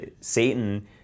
Satan